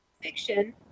fiction